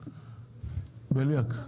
חבר הכנסת בליאק,